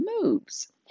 moves